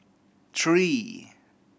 three